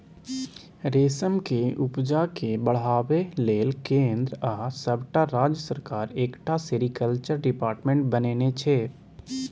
रेशमक उपजा केँ बढ़ाबै लेल केंद्र आ सबटा राज्य सरकार एकटा सेरीकल्चर डिपार्टमेंट बनेने छै